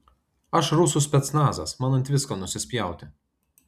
aš rusų specnazas man ant visko nusispjauti